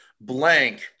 blank